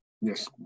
Yes